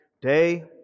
Day